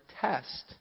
test